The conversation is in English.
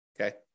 Okay